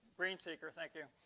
green seeker. thank you,